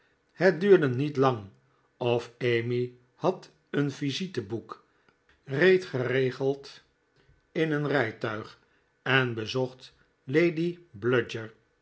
het duurde niet lang of emmy had een visiteboek reed geregeld in een rijtuig en bezocht lady bludyer